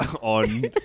on